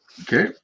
Okay